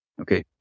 Okay